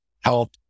help